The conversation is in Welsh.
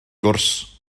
gwrs